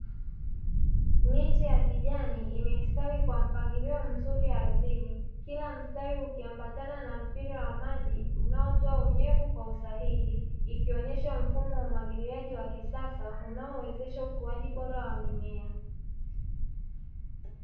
Miche ya kijani imestawi kwa mpangilio mzuri ardhini, kila mastari ukiambatana na mpira wa maji unaotoa unyevu kwa usahihi, ikionyesha mfumo wa umwagiliaji wa kisasa unaowezesha ukuaji bora wa mimea